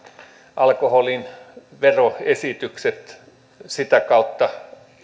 alkoholiveroesitykset sitä kautta